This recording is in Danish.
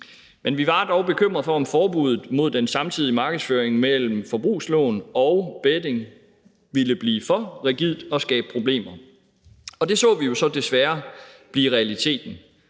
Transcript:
Men vi var dog bekymrede for, om forbuddet mod den samtidige markedsføring af forbrugslån og betting ville blive for rigidt og skabe problemer, og det så vi jo så desværre blive realiteten: